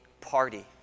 party